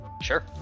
Sure